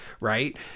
right